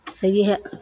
तऽ वएहे